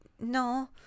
no